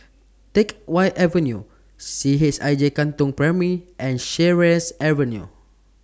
Teck Whye Avenue C H I J Katong Primary and Sheares Avenue